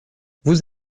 vous